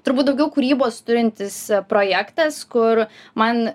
turbūt daugiau kūrybos turintis projektas kur man